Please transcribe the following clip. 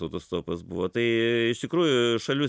autostopas buvo tai iš tikrųjų šalių